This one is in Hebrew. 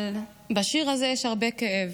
אבל בשיר הזה יש הרבה כאב.